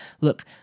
Look